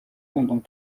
pendant